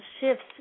shifts